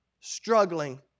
struggling